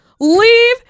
Leave